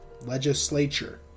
legislature